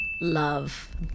love